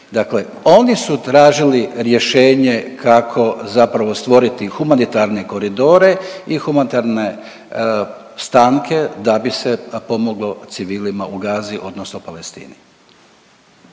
dakle oni su tražili rješenje kako zapravo stvoriti humanitarne koridore i humanitarne stanke da bi se pomoglo civilima u Gazi odnosno Palestini.